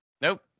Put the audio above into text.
Nope